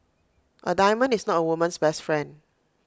A diamond is not A woman's best friend